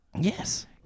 Yes